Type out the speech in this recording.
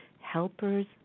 helpers